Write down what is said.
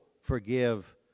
forgive